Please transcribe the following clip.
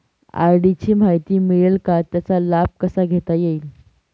RD ची माहिती मिळेल का, त्याचा लाभ कसा घेता येईल?